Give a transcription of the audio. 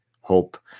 hope